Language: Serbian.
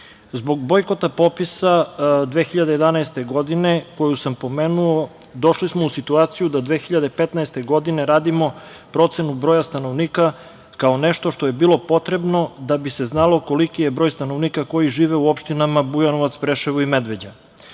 bojkota popisa 2011. godine koju sam pomenuo, došli smo u situaciju da 2015. godine radimo procenu broja stanovnika kao nešto što je bilo potrebno da bi se znalo koliki je broj stanovnika koji živi u opštinama Bujanovac, Preševo i Medveđa.